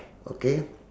okay